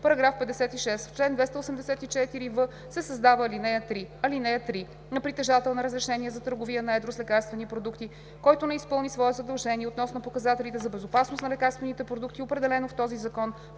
§ 56: „§ 56. В чл. 284в се създава ал. 3: „(3) На притежател на разрешение за търговия на едро с лекарствени продукти, който не изпълни свое задължение относно показателите за безопасност на лекарствените продукти, определено в този закон,